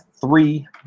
three